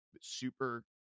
super